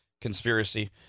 conspiracy